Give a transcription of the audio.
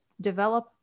develop